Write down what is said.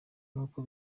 nk’uko